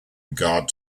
regard